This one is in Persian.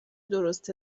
درست